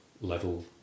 level